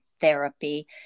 therapy